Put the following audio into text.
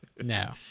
No